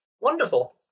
Wonderful